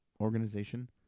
organization